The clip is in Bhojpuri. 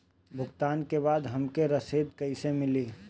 भुगतान के बाद हमके रसीद कईसे मिली?